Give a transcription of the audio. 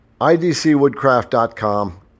idcwoodcraft.com